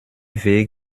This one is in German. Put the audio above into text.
weg